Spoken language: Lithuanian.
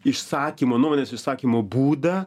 išsakymo nuomonės išsakymo būdą